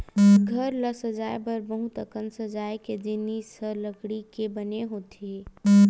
घर ल सजाए बर बहुत अकन सजाए के जिनिस ह लकड़ी के बने होथे